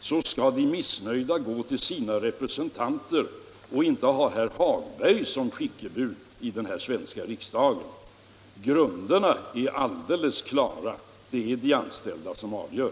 så skall de missnöjda gå till sina representanter och inte ha herr Hagberg som skickebud i riksdagen. Grunderna är alldeles klara. Det är de anställda som avgör.